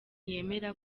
yemera